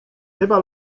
chyba